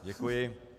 Děkuji.